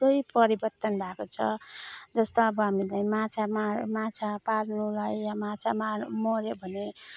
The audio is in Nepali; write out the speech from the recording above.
थुप्रै परिवर्तन भएको छ जस्तो अब हामीले माछा मार माछा पाल्नुलाई या माछा मार माछा मर्यो भने